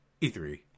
E3